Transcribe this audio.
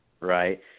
right